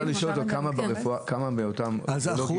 אבל אפשר לשאול כמה מאותם רדיולוגים